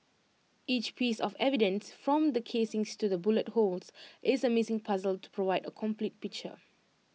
each piece of evidence from the casings to the bullet holes is A missing puzzle to provide A complete picture